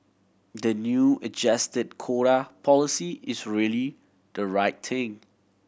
the new adjusted quota policy is really the right thing